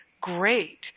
great